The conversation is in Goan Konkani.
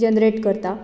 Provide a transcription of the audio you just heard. जनरेट करता